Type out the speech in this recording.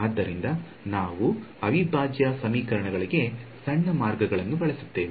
ಆದ್ದರಿಂದ ನಾವು ಅವಿಭಾಜ್ಯ ಸಮೀಕರಣಗಳಿಗೆ ಸಣ್ಣ ಮಾರ್ಗವನ್ನು ಬಳಸುತ್ತೇವೆ